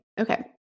Okay